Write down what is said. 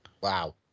Wow